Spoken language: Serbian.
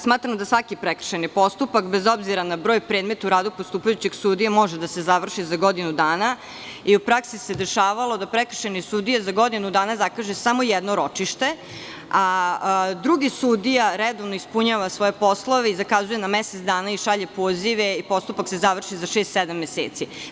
Smatram da svaki prekršajni postupak bez obzira na broj predmeta u radu postupajućeg sudije može da se završi za godinu dana i u praksi se dešavalo da prekršajni sudija za godinu dana zakaže samo jedno ročište, a drugi sudija redovno ispunjava svoje poslove i zakazuje na mesec dana, šalje pozive i postupak se završi za šest, sedam meseci.